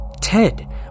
Ted